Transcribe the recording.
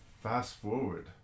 fast-forward